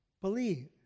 believe